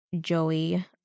Joey